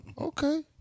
Okay